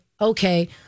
okay